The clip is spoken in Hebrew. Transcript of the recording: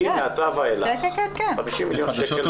היא מעתה ואילך, 50 מיליון שקל.